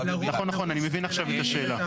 נכון, אני מבין עכשיו את השאלה.